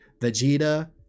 Vegeta